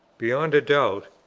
beyond a doubt,